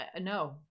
No